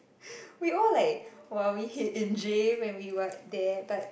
we all like !wah! we hit N_J when what there but